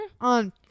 on